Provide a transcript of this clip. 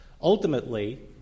Ultimately